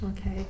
okay